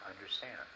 understand